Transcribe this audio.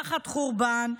תחת חורבן,